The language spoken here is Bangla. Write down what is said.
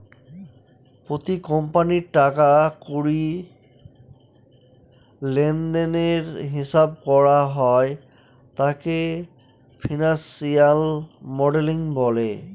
প্রতি কোম্পানির টাকা কড়ি লেনদেনের হিসাব করা হয় যাকে ফিনান্সিয়াল মডেলিং বলে